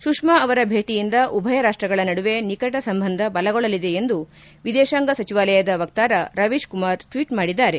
ಸುಷ್ಕಾ ಅವರ ಭೇಟಿಯಿಂದ ಉಭಯ ರಾಷ್ಷಗಳ ನಡುವೆ ನಿಕಟ ಸಂಬಂಧ ಬಲಗೊಳ್ಳಲಿದೆ ಎಂದು ವಿದೇಶಾಂಗ ಸಚವಾಲಯದ ವಕ್ತಾರ ರವೀಶ್ ಕುಮಾರ್ ಟ್ನೀಟ್ ಮಾಡಿದ್ದಾರೆ